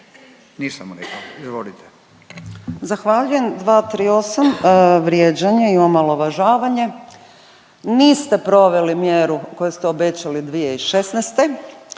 Urša (Možemo!)** Zahvaljujem. 238, vrijeđanje i omalovažavanje. Niste proveli mjeru koju ste obećali 2016.,